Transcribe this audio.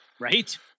Right